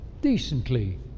decently